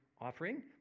offering